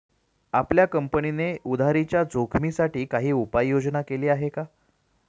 आपल्या कंपनीने उधारीच्या जोखिमीसाठी काही उपाययोजना केली आहे का?